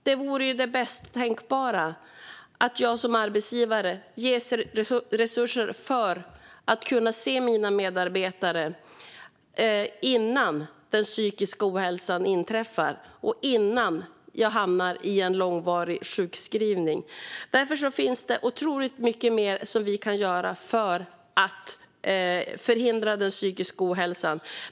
Det vore ju det bästa tänkbara att jag som arbetsgivare ges resurser för att kunna se mina medarbetare innan den psykiska ohälsan inträffar och innan de hamnar i en långvarig sjukskrivning. Det finns alltså otroligt mycket mer vi kan göra för att förhindra psykisk ohälsa.